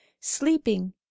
sleeping